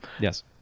Yes